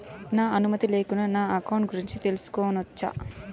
నా అనుమతి లేకుండా నా అకౌంట్ గురించి తెలుసుకొనొచ్చా?